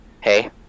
hey